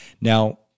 Now